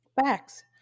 Facts